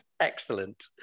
Excellent